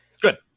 Good